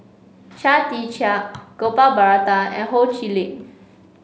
Chia Tee Chiak Gopal Baratham and Ho Chee Lick